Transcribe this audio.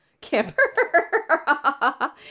camper